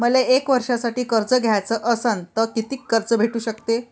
मले एक वर्षासाठी कर्ज घ्याचं असनं त कितीक कर्ज भेटू शकते?